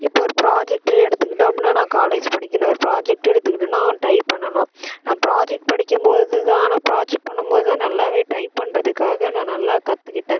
இப்போ ஒரு ப்ராஜெக்ட்டே எடுத்துக்கிட்டோம் அப்படின்னா நான் காலேஜி படிக்கணும் ஒரு ப்ராஜெக்ட்டே எடுத்துக்கிட்டோம்னா டைப் பண்ணனும் நான் ப்ராஜெக்ட் படிக்கும் போது தான் நான் ப்ராஜெக்ட் பண்ணும் போது தான் நல்லாவே டைப் பண்ணுறதுக்காக நான் நல்லா கற்றுக்கிட்டேன்